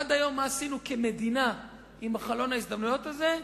עד היום מה עשינו כמדינה בחלון ההזדמנויות הזה?